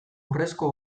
urrezko